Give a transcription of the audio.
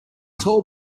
tall